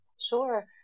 sure